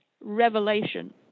revelation